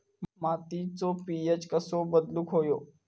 मातीचो पी.एच कसो बदलुक होयो?